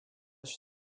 się